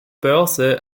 börse